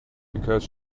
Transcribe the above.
because